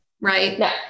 Right